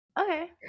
okay